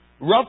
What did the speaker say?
Rough